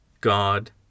god